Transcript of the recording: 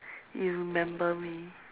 you remember me